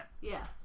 Yes